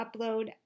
upload